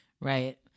Right